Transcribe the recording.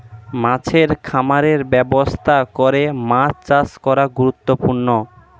মাছের খামারের ব্যবস্থা করে মাছ চাষ করা গুরুত্বপূর্ণ